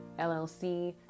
LLC